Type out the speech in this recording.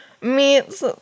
meets